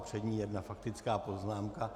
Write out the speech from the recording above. Před ní jedna faktická poznámka.